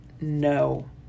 no